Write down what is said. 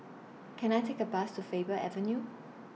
Can I Take A Bus to Faber Avenue